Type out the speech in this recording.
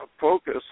focus